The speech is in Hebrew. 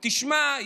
תשמע,